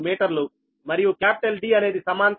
015 మీటర్లు మరియు D అనేది సమాంతరం నుంచి Dab Dbc